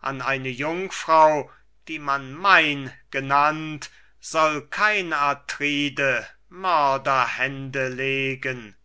an eine jungfrau die man mein genannt soll kein atride mörderhände legen